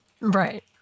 Right